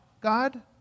God